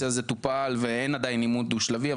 הזה טופל ואין עדיין אימות דו-שלבי,